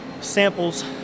samples